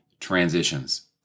transitions